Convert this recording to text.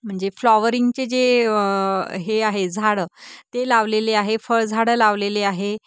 म्हणजे फ्लॉवरिंगचे जे हे आहे झाडं ते लावलेले आहे फळ झाडं लावलेले आहे